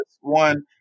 one